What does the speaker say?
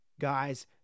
Guys